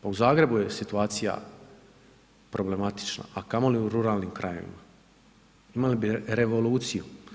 Pa u Zagrebu je situacija problematična a kamoli u ruralnim krajevima, imali bi revoluciju.